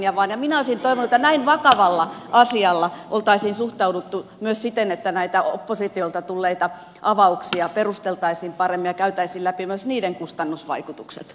minä olisin toivonut että näin vakavan asian ollessa kyseessä olisi suhtauduttu myös siten että näitä oppositiolta tulleita avauksia perusteltaisiin paremmin ja käytäisiin läpi myös niiden kustannusvaikutukset